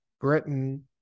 Britain